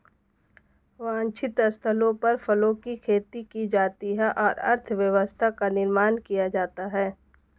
वांछित स्थलों पर फलों की खेती की जाती है और अर्थव्यवस्था का निर्माण किया जाता है